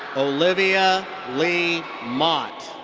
olivia lee mott.